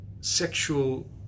sexual